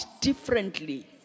differently